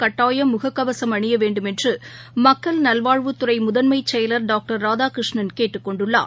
கட்டாயம் முககவசம் அணியவேன்டுமென்றுமக்கள் நல்வாழவுத்துறைமுதன்மைசெயலா் டாக்டா ராதாகிருஷ்ணன் கேட்டுக் கொண்டுள்ளார்